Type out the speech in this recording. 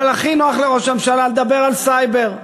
אבל הכי נוח לראש הממשלה לדבר על סייבר,